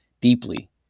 deeply